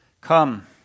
Come